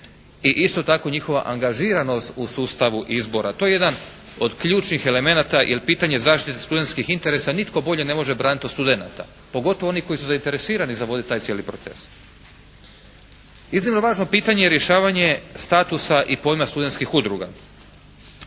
i isto tako njihova angažiranost u sustavu izbora. To je jedan od ključnih elemenata jer pitanje zaštite studentskih interesa nitko bolje ne može braniti od studenata, pogotovo onih koji su zainteresirani za voditi taj cijeli proces. Iznimno važno pitanje je rješavanje statusa i pojma studentskih udruga.